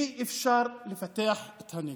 אי-אפשר לפתח את הנגב.